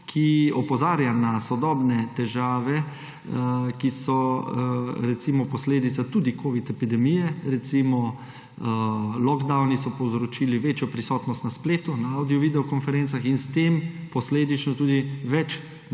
ki opozarja na sodobne težave, ki so, recimo, posledica tudi covid epidemije. Recimo, lock downi so povzročili večjo prisotnost na spletu, na avdiovideo konferencah in s tem posledično tudi več